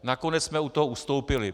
Nakonec jsme od toho ustoupili.